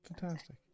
fantastic